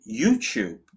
YouTube